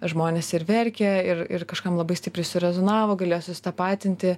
žmonės ir verkė ir ir kažkam labai stipriai surezonavo galėjo susitapatinti